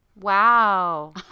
Wow